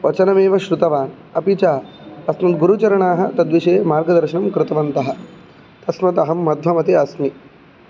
वचनमेव श्रुतवान् अपि च तस्मिन् गुरुचरणाः तद्विषये मार्गदर्शनं कृतवन्तः तस्मादहं माध्वमते अस्मि